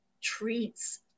treats